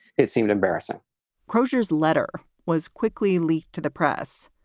it seemed embarrassing crochets letter was quickly leaked to the press.